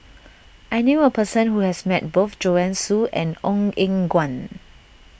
I knew a person who has met both Joanne Soo and Ong Eng Guan